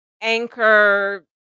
Anchor